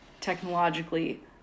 technologically